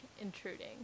intruding